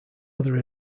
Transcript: other